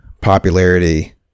popularity